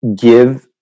give